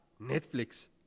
Netflix